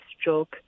stroke